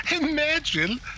Imagine